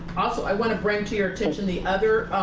also i want to bring to your attention the other